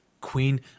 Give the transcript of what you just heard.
Queen